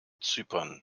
zypern